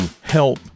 help